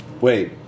Wait